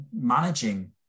managing